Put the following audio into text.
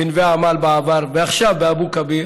בנווה עמל בעבר, ועכשיו באבו כביר